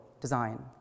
design